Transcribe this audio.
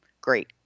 Great